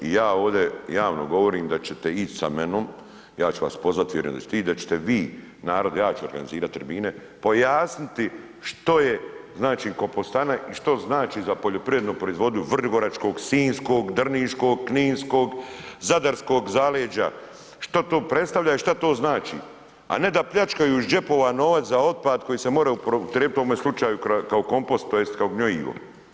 Ja ovde javno govorim da ćete ići sa menom, ja ću vas pozvati, vjerujem da ćete ići, da ćete vi narod, ja ću organizirat termine, pojasniti što je znači kompostana i što znači za poljoprivrednu proizvodnju vrgoračkog, sinjskog, drniškog, kninskog, zadarskog zaleđa, što to predstavlja i što to znači, a ne da pljačkaju iz džepova novac za otpad koji se more upotrijebiti u ovome slučaju kao kompost tj. kao gnojivo.